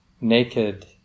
naked